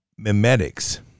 Mimetics